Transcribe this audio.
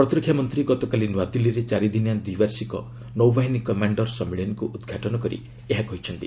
ପ୍ରତିରକ୍ଷା ମନ୍ତ୍ରୀ ଗତକାଲି ନୂଆଦିଲ୍ଲୀରେ ଚାରିଦିନିଆ ଦ୍ୱିବାର୍ଷିକ ନୌବାହିନୀ କମାଣ୍ଡର୍ ସମ୍ମିଳନୀକୁ ଉଦ୍ଘାଟନ କରି ଏହା କହିଛନ୍ତି